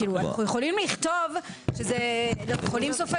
אנחנו יכולים לכתוב שבחולים סופניים,